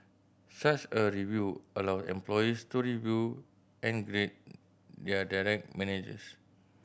such a review allow employees to review and grade their direct managers